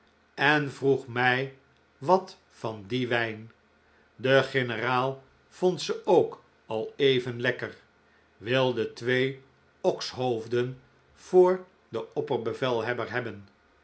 en vroeg mij wat van dien wijn de generaal vond ze ook al even lekker wilde twee okshoofden voor den opperbevelhebber hebben